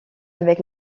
avec